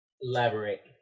Elaborate